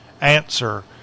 answer